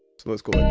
so let's go like